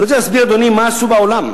אני רוצה להסביר, אדוני, מה עשו בעולם.